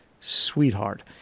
sweetheart